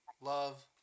love